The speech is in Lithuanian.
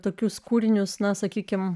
tokius kūrinius na sakykime